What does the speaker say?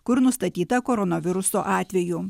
kur nustatyta koronaviruso atvejų